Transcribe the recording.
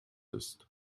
ist